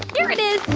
here it is.